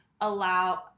allow